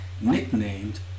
nicknamed